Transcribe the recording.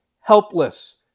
helpless